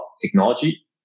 technology